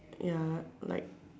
ya like